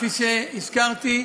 כפי שהזכרתי,